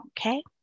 okay